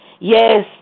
Yes